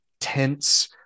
tense